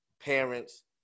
parents